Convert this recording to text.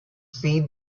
see